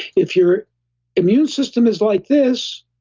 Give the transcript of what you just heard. if your immune system is like this,